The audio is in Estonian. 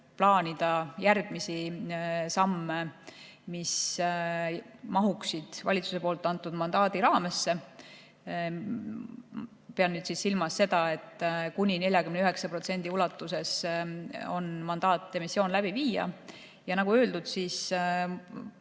plaanida järgmisi samme, mis mahuksid valitsuse antud mandaadi raamesse. Pean silmas seda, et kuni 49% ulatuses on mandaat emissioon läbi viia. Nagu öeldud,